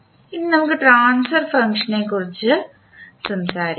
ഇനി നമുക്ക് ട്രാൻസ്ഫർ ഫംഗ്ഷനെക്കുറിച്ച് സംസാരിക്കാം